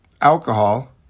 alcohol